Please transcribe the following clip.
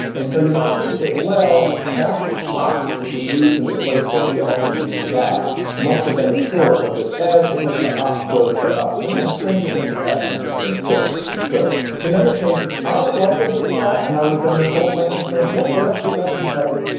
and so you might think that well, that art, which is used in the place where we often use that must have been the source of this as because the art goes to us and yeah stranger things have happened than to to so serve in any case. i would like it if it was that. and i would have done this whole section saying, guess what else we got from the vikings.